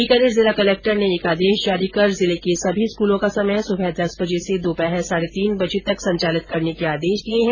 बीकानेर जिला कलेक्टर ने एक आदेश जारी कर जिले के समी स्कूलों का समय सुबह दस बजे से दोपहर साढ़े तीन बजे तक संचालित करने के आदेश दिये हैं